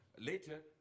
later